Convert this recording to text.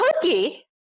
cookie